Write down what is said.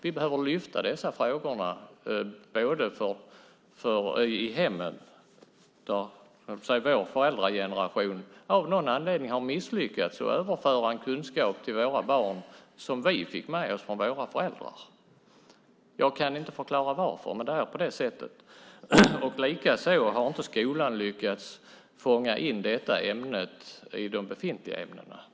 Vi behöver lyfta upp dessa frågor i hemmen. Vår generation av föräldrar har av någon anledning misslyckats att överföra en kunskap till våra barn som vi fick med oss från våra föräldrar. Jag kan inte förklara varför, men det är på det sättet. Skolan har inte heller lyckats fånga in detta ämne i de befintliga ämnena.